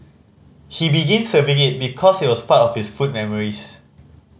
he begin serving it because it was part of his food memories